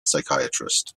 psychiatrist